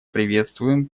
приветствуем